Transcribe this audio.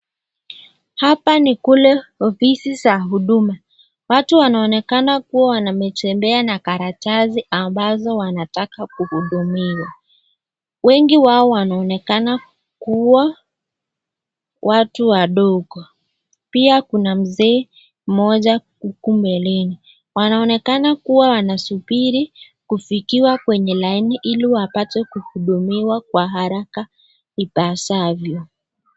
Hapa ni kule ofisi za Huduma. Watu wanaonekana kuwa wametembea na karatasi ambazo wanataka kuhudumiwa, wengi wao naonekana kuwa watu wadogo. Pia kuna mzee mmoja huku mbeleni. Wanaonekana kuwa wanasubiri kufikiwa kwenye laini ili wapate kuhudumiwa kwa haraka ipasavyo.